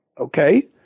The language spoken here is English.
okay